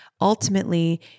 Ultimately